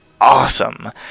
awesome